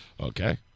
Okay